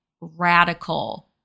radical